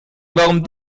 warum